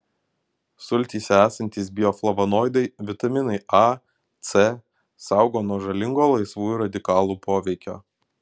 sultyse esantys bioflavonoidai vitaminai a c saugo nuo žalingo laisvųjų radikalų poveikio